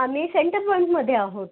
आम्ही सेंटर पॉइंटमध्ये आहोत